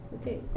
Okay